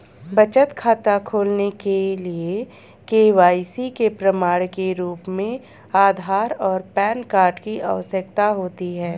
बचत खाता खोलने के लिए के.वाई.सी के प्रमाण के रूप में आधार और पैन कार्ड की आवश्यकता होती है